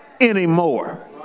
anymore